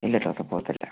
ഇല്ല ഡോക്ടർ പോകത്തില്ല